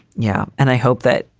yeah and i hope that,